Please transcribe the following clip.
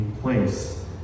place